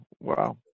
Wow